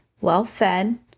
well-fed